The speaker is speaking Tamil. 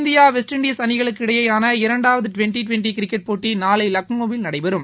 இந்தியா வெஸ்ட் இண்டஸ் அணிகளுக்கு இடையேயான இரண்டாவது டுவெண்டி டுவெண்டி கிரிக்கெட் போட்டி நாளை லக்னோவில் நடைபெறும்